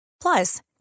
Plus